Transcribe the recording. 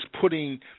putting –